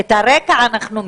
את הרקע אנחנו מכירים.